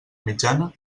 mitjana